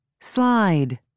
slide